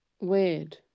Weird